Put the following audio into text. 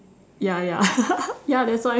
ya ya ya that's why